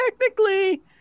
technically